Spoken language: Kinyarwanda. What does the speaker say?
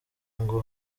ngo